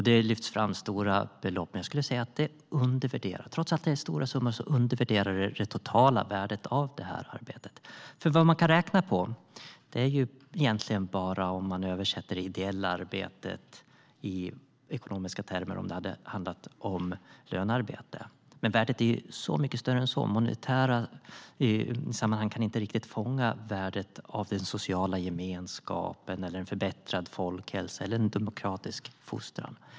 Det lyfts fram stora belopp, men trots det är det totala värdet undervärderat. När man räknar på det i ekonomiska termer värderar man det ideella arbetet som om det hade handlat om lönearbete, men värdet är mycket större än så. Monetära sammanhang kan inte riktigt fånga värdet av den sociala gemenskapen, en förbättrad folkhälsa eller en demokratisk fostran.